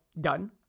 done